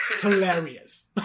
hilarious